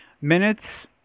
minutes